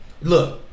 Look